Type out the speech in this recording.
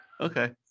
okay